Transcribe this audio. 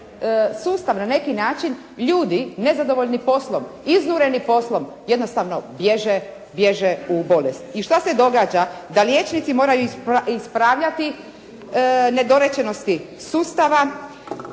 sustav na neki način, ljudi nezadovoljni poslom, iznureni poslom jednostavno bježe u bolest. I što se događa? Da liječnici moraju ispravljati nedorečenosti sustava